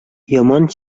яман